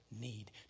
need